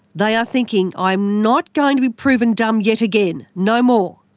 they are thinking i am not going to be proven dumb yet again, no more.